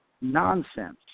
nonsense